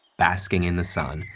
basking in the sun,